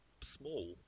small